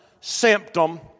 symptom